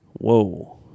Whoa